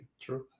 True